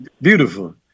Beautiful